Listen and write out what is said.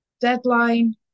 deadline